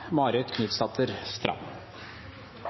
Marit Knutsdatter Strand